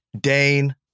Dane